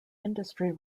industry